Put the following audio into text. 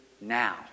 now